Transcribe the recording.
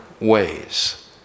ways